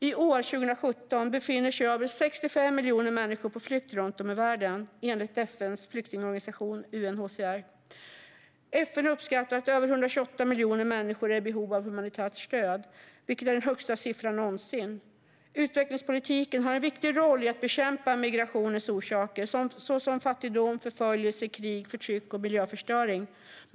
I år, 2017, befinner sig över 65 miljoner människor på flykt runt om i världen, enligt FN:s flyktingorganisation UNHCR. FN uppskattar att över 128 miljoner människor är i behov av humanitärt stöd, vilket är den högsta siffran någonsin. Utvecklingspolitiken har en viktig roll i att bekämpa migrationens orsaker, såsom fattigdom, förföljelse, krig, förtryck och miljöförstöring.